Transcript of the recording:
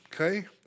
okay